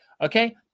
Okay